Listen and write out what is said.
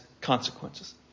consequences